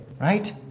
Right